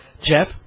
Jeff